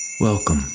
Welcome